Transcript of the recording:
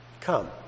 Come